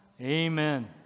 Amen